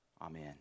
Amen